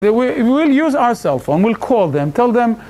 We will use our cell phone, we will call them, tell them...